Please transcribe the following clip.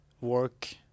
work